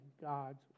God's